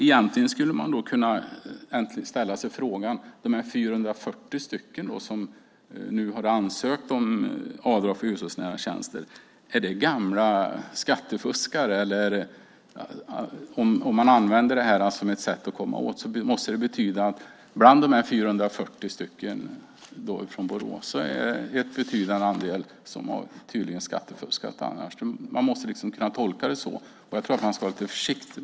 Egentligen skulle man då kunna ställa sig frågan: De 440 som har ansökt om avdrag för hushållsnära tjänster, är det gamla skattefuskare? Om man använder det här som ett sätt att komma åt skattefusk måste det betyda att en betydande andel av de 440 från Borås har skattefuskat. Man måste kunna tolka det så. Det är klart att man ska vara lite försiktig.